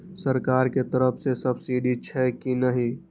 सरकार के तरफ से सब्सीडी छै कि नहिं?